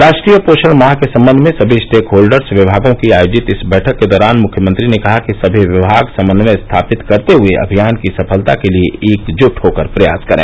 राष्ट्रीय पोषण माह के संबंध में सभी स्टेक होल्डर्स विमागों की आयोजित इस बैठक के दौरान मुख्यमंत्री ने कहा कि सभी विमाग समन्वय स्थापित करते हुए अभियान की सफलता के लिये एकजुट होकर प्रयास करे